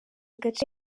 gace